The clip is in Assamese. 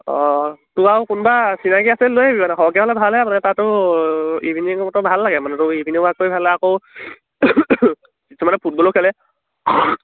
অঁ তোৰ আৰু কোনোবা চিনাকি আছিলে যদি লৈ মানে সৰকৈ হ'লে ভালহে মানে তাতো ইভিনিংতো ভাল লাগে মানে তোৰ ইভিনিং ৱাক কৰি ভালে আকৌ তোৰ কিছুমানে ফুটবলো খেলে